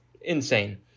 Insane